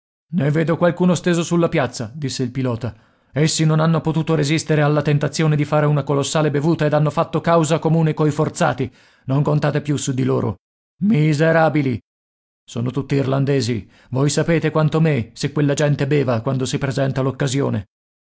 ne vedo qualcuno steso sulla piazza disse il pilota essi non hanno potuto resistere alla tentazione di fare una colossale bevuta ed hanno fatto causa comune coi forzati non contate più su di loro miserabili sono tutti irlandesi voi sapete quanto me se quella gente beva quando si presenta